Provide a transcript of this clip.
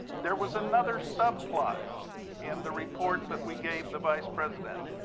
there was another subplot in the report that we gave the vice president.